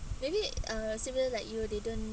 maybe uh similar like you they don't